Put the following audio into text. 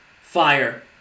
Fire